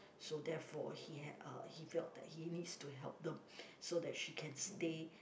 so therefore he had uh he felt that he needs to help them so that she can stay